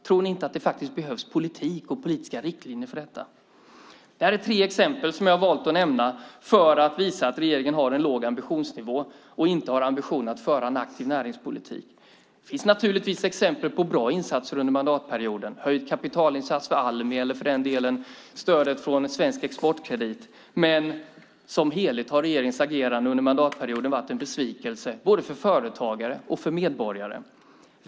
Tror ni inte att det faktiskt behövs politik och politiska riktlinjer för detta? Det här är tre exempel som jag har valt att nämna för att visa att regeringen har en låg ambitionsnivå och inte har någon ambition att föra en aktiv näringspolitik. Det finns naturligtvis exempel på bra insatser under mandatperioden - höjd kapitalinsats för Almi eller för den delen stödet för Svensk Exportkredit - men som helhet har regeringens agerande under mandatperioden varit en besvikelse, både för företagare och för medborgare.